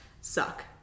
suck